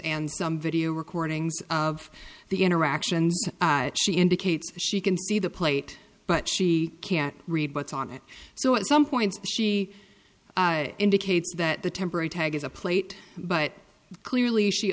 and some video recordings of the interactions she indicates she can see the plate but she can't read what's on it so at some point she indicates that the temporary tag is a plate but clearly she